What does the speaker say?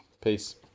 Peace